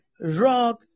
rock